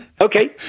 Okay